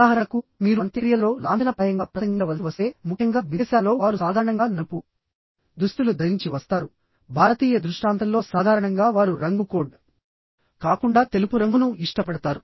ఉదాహరణకు మీరు అంత్యక్రియలలో లాంఛనప్రాయంగా ప్రసంగించవలసి వస్తే ముఖ్యంగా విదేశాలలో వారు సాధారణంగా నలుపు దుస్తులు ధరించి వస్తారు భారతీయ దృష్టాంతంలో సాధారణంగా వారు రంగు కోడ్ కాకుండా తెలుపు రంగును ఇష్టపడతారు